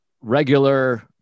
regular